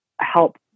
help